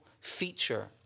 feature